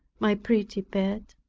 my pretty pet.